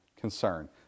concern